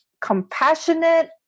compassionate